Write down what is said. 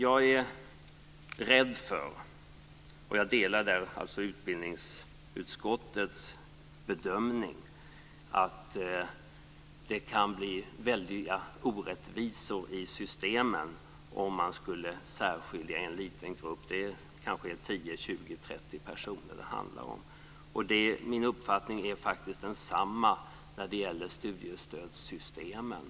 Jag är rädd för, och där delar jag utbildningsutskottets bedömning, att det skulle kunna bli väldiga orättvisor i systemen om man skulle särskilja en liten grupp. Det kanske är 10-30 personer det handlar om. Min uppfattning är faktiskt densamma när det gäller studiestödssystemen.